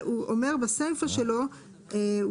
הוא